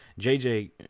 JJ